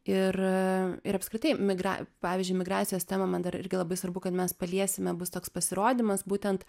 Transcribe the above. ir ir apskritai migra pavyzdžiui migracijos tema man dar irgi labai svarbu kad mes paliesime bus toks pasirodymas būtent